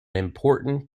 important